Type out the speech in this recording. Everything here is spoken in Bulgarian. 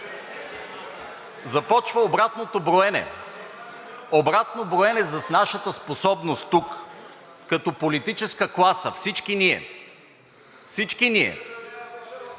Започва обратното броене, обратно броене за нашата способност тук като политическа класа – всички ние